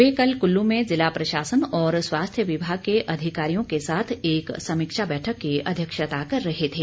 वे कल कुल्लू में जिला प्रशासन और स्वास्थ्य विभाग के अधिकारियों के साथ एक समीक्षा बैठक की अध्यक्षता कर रहे थे